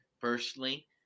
personally